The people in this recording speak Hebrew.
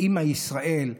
לאימא ישראל,